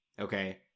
okay